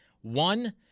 One